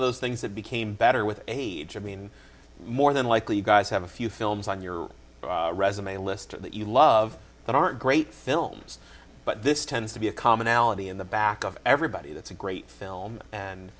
of those things that became better with age i mean more than likely you guys have a few films on your resume list that you love that aren't great films but this tends to be a commonality in the back of everybody that's a great film and